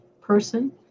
person